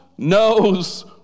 Knows